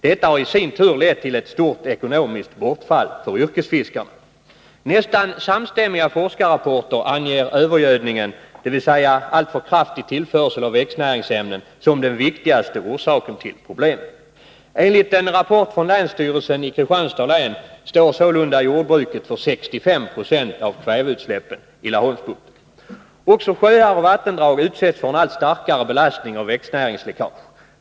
Detta har i sin tur lett till ett stort ekonomiskt bortfall för yrkesfiskarna. Nästan samstämmiga forskarrapporter anger övergödningen, dvs. alltför kraftig tillförsel av växtnäringsämnen, som den viktigaste orsaken till problemen. Enligt en rapport från länsstyrelsen i Kristianstads län står sålunda jordbruket för 65 96 av kväveutsläppen i Laholmsbukten. Också sjöar och vattendrag utsätts för en allt starkare belastning av växtnäringsläckage.